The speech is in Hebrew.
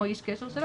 או איש קשר שלו,